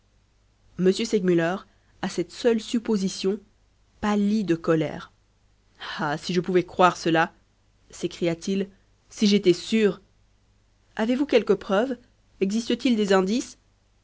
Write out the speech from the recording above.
m segmuller à cette seule supposition pâlit de colère ah si je pouvais croire cela s'écria-t-il si j'étais sûr avez-vous quelque preuve existe-t-il des indices